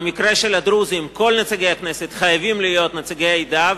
במקרה של הדרוזים כל נציגי הכנסת חייבים להיות נציגי העדה,